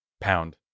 pound